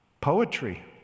Poetry